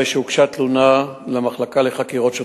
הרי שהוגשה תלונה למחלקה לחקירות שוטרים,